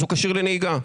אז הוא כשיר לנהיגה.